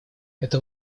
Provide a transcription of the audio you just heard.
это